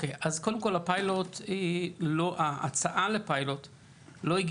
בפריפריה נשאר אחד וזה לא בצפון,